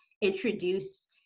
introduce